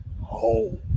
home